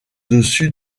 dessus